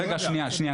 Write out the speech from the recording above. רגע, שנייה, שנייה.